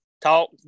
talk